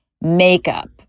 makeup